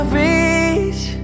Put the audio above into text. reach